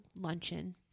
luncheon